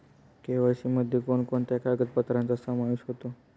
KYC मध्ये कोणकोणत्या कागदपत्रांचा समावेश होतो?